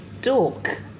dork